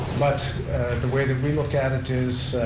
but the way that we look at it is